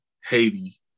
Haiti